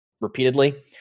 repeatedly